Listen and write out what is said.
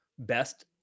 best